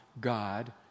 God